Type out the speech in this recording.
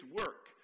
work